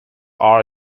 all